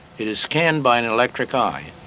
it is scanned by an electric eye.